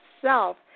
Self